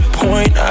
point